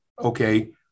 okay